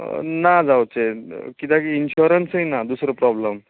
ना जावचें किद्याक इनशोरंसूय ना दुसरो प्रॉब्लेम